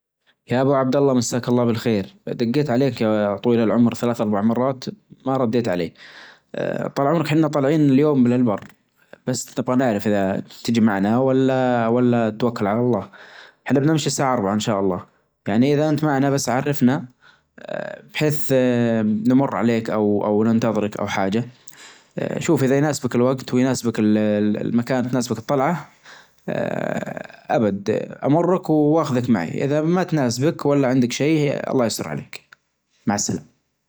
أحب الاطعمة المالحة أحب المخللات تحب الثومية ما أحب الاطعمة الحلوة لان احس تخلي هنا طعم في فمك احس المالح افظل يعني خاصة انه المالح اذا شربت وراه موية خلاص يروح طعمه اما الحلو يبجى طعمه فترة طويلة يعني ما اذا انت شخص ما تفظل الاطعمة الحالية استبدلش فيها طول طول اليوم.